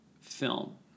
film